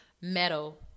metal